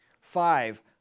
Five